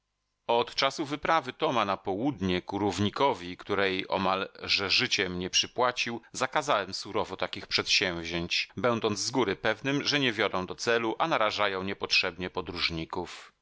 od czasu wyprawy toma na południe ku równikowi której omal że życiem nie przypłacił zakazałem surowo takich przedsięwzięć będąc z góry pewnym że nie wiodą do celu a narażają niepotrzebnie podróżników